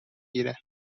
گیره